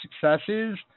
successes